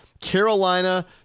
Carolina